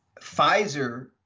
Pfizer